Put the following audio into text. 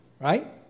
right